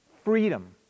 Freedom